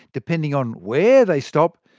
depending on where they stop,